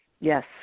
yes